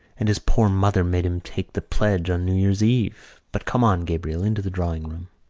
and his poor mother made him take the pledge on new year's eve. but come on, gabriel, into the drawing-room.